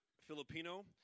Filipino